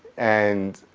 and,